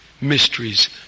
mysteries